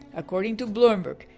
according to bloomberg,